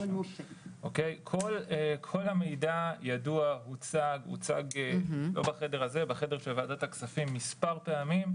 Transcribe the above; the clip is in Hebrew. כל המידע ידוע והוצג בוועדת הכספים מספר פעמים.